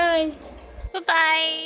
Bye-bye